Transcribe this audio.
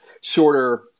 shorter